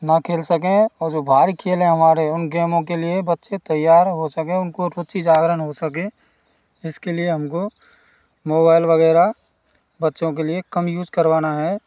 ना खेल सकें और जो बाहरी खेल हैं हमारे उन गेमों के लिए बच्चे तैयार हो सकें उनको कुछ ही जागरण हो सके इसके लिए हमको मोबैल वगैरह बच्चों के लिए कम यूज करवाना है